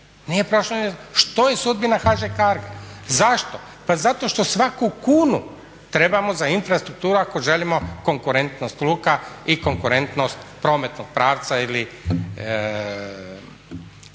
Što je sudbina HŽ CARGA. Zašto? Pa zato što svaku kunu trebamo za infrastrukturu ako želimo konkurentnost luka i konkurentnost prometnog pravca ili